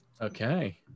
Okay